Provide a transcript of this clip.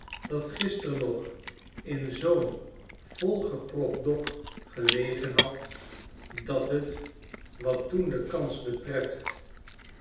dat gister nog in zoo'n volgepropt dok gelegen had dat het wat toen de kans betreft